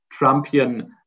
Trumpian